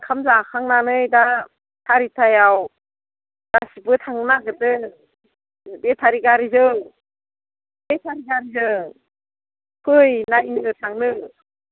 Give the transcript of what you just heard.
ओंखाम जाखांनानै दा सारिथायाव गासिबो थांनो नागिरदों बेटारि गारिजों बेटारि गारिजों फै नायनो थांनो